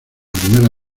primera